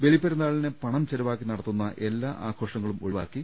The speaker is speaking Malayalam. ബലിപെരുന്നാളിന് പണം ചെലവാക്കി നടത്തുന്ന എല്ലാ ആഘോഷങ്ങളും ഒഴിവാക്കി